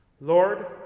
Lord